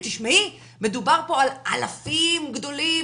תשמעי מדובר פה על אלפים גדולים,